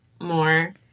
more